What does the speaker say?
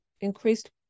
increased